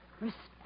Respect